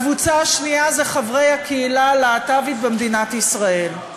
הקבוצה השנייה היא של חברי הקהילה הלהט"בית במדינת ישראל.